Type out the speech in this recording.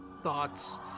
thoughts